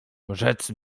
rzec